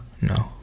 no